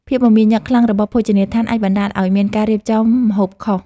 ភាពមមាញឹកខ្លាំងរបស់ភោជនីយដ្ឋាន អាចបណ្ដាលឱ្យមានការរៀបចំម្ហូបខុស។